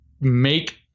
make